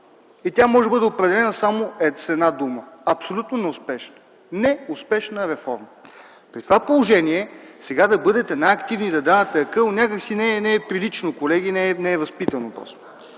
и тя може да бъде определена само с една дума – абсолютно неуспешна. Неуспешна реформа! При това положение, сега да бъдете най-активни и да давате акъл някак си не е прилично, колеги, не е възпитано просто.